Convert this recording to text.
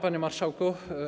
Panie Marszałku!